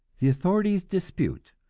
the authorities dispute.